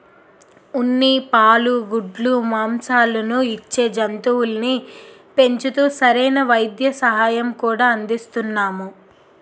ఉన్ని, పాలు, గుడ్లు, మాంససాలను ఇచ్చే జంతువుల్ని పెంచుతూ సరైన వైద్య సహాయం కూడా అందిస్తున్నాము